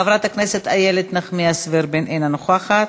חברת הכנסת איילת נחמיאס ורבין, אינה נוכחת,